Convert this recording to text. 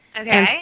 Okay